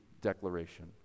declaration